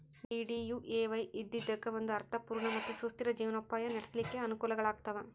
DDUAY ಇದ್ದಿದ್ದಕ್ಕ ಒಂದ ಅರ್ಥ ಪೂರ್ಣ ಮತ್ತ ಸುಸ್ಥಿರ ಜೇವನೊಪಾಯ ನಡ್ಸ್ಲಿಕ್ಕೆ ಅನಕೂಲಗಳಾಗ್ತಾವ